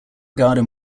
garden